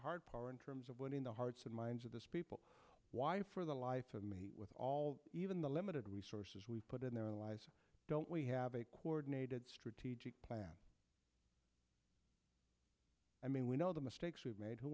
hard power in terms of winning the hearts and minds of this people why for the life of me with all even the limited resources we put in their lives don't we have a cordon aided strategic plan i mean we know the mistakes we've made wh